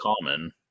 common